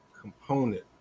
component